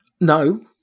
No